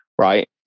right